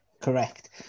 Correct